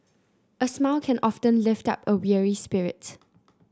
a smile can often lift up a weary spirit